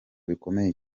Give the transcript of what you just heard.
bikomeye